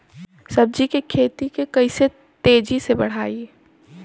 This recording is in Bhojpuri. सब्जी के खेती के कइसे तेजी से बढ़ाई?